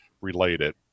related